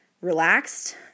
relaxed